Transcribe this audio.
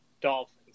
Dolphins